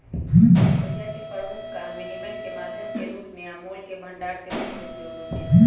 रुपइया के प्रमुख काम विनिमय के माध्यम के रूप में आ मोल के भंडार के रूप में उपयोग हइ